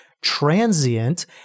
transient